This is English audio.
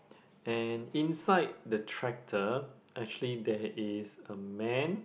and inside the tractor actually there is a man